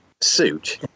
suit